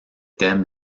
thèmes